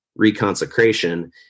reconsecration